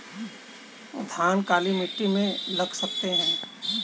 धान काली मिट्टी में लगा सकते हैं?